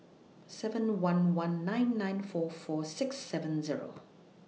seven one one nine nine four four six seven Zero